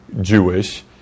Jewish